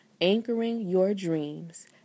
anchoringyourdreams